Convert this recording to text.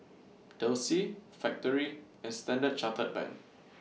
Delsey Factorie and Standard Chartered Bank